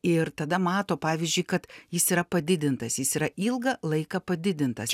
ir tada mato pavyzdžiui kad jis yra padidintas jis yra ilga laiką padidintas ir